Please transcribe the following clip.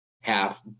half